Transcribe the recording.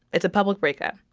it's a public breakup.